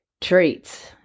treats